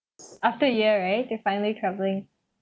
after a year right to finally travelling